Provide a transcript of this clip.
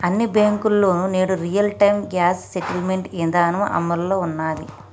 అన్ని బ్యేంకుల్లోనూ నేడు రియల్ టైం గ్రాస్ సెటిల్మెంట్ ఇదానం అమల్లో ఉన్నాది